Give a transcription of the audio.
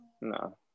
No